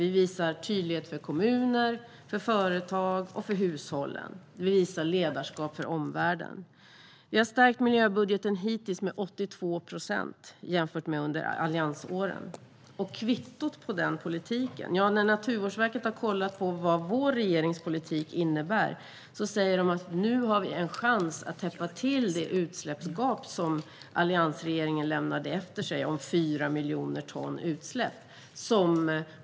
Vi visar tydlighet för kommuner, för företag och för hushållen. Vi visar ledarskap för omvärlden. Vi har hittills stärkt miljöbudgeten med 82 procent jämfört med under åren med alliansregeringen, och vi har fått kvitto på den politiken. När Naturvårdsverket har tittat på vad vår regerings politik innebär säger de att vi nu har en chans att täppa till det utsläppsgap som alliansregeringen lämnade efter sig om 4 miljoner ton utsläpp.